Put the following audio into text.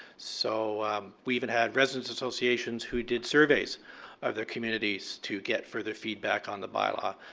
so we even had resident associates who did surveys of their communities to get further feedback on the by law.